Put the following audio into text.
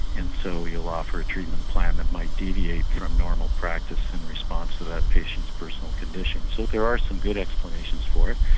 and so you'll offer a treatment plan that might deviate from normal practice in response to that patient's personal condition. so there are some good explanations for it.